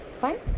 fine